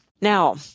Now